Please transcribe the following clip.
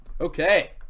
Okay